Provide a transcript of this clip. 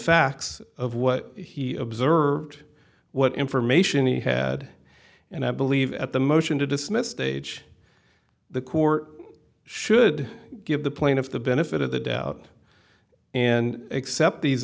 facts of what he observed what information he had and i believe at the motion to dismiss stage the court should give the plaintiff the benefit of the doubt and accept these